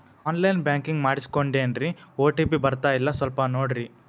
on line banking ಮಾಡಿಸ್ಕೊಂಡೇನ್ರಿ OTP ಬರ್ತಾಯಿಲ್ಲ ಸ್ವಲ್ಪ ನೋಡ್ರಿ